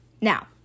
Now